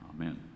Amen